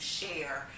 share